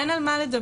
אין על מה לדבר,